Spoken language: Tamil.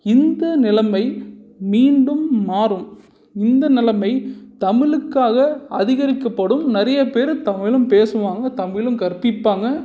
இந்த நிலமை மீண்டும் மாறும் இந்த நிலமை தமிழுக்காக அதிகரிக்கப்படும் நிறையப் பேர் தமிழும் பேசுவாங்க தமிழும் கற்பிப்பாங்க